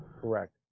Correct